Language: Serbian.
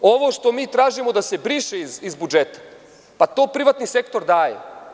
Ovo što mi tražimo da se briše iz budžeta, to privatni sektor daje.